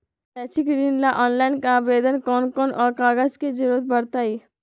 शैक्षिक ऋण ला ऑनलाइन आवेदन में कौन कौन कागज के ज़रूरत पड़तई?